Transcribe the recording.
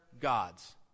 gods